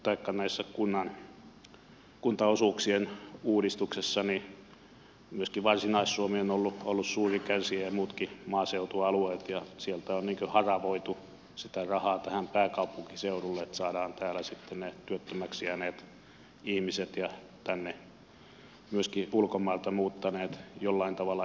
nythän tässä kuntaosuuksien uudistuksessa myöskin varsinais suomi on ollut suuri kärsijä ja muutkin maaseutualueet ja sieltä on niin kuin haravoitu sitä rahaa tähän pääkaupunkiseudulle että saadaan täällä sitten ne työttömäksi jääneet ihmiset ja tänne myöskin ulkomailta muuttaneet jollain tavalla elätettyä